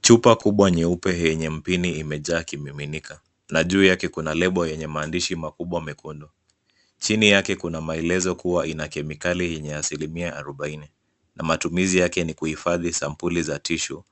Chupa kubwa nyeupe yenye mpini imejaa kimiminika na juu yake kuna lebo yenye maandishi makubwa mekundu. Chini yake kuna maelezo kuwa ina kemikali yenye asilimia arobaini na matumizi yake ni kuhifadhi sampuli za tishu,